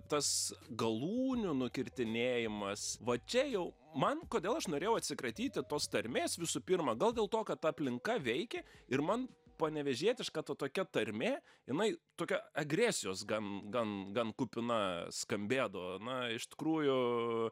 tas galūnių nukirtinėjimas va čia jau man kodėl aš norėjau atsikratyti tos tarmės visų pirma gal dėl to kad aplinka veikia ir man panevėžietiška ta tokia tarmė jinai tokia agresijos gan gan gan kupina skambėdavo na iš tikrųjų